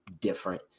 different